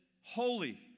holy